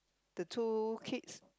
the two kids